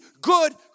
good